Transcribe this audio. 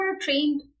trained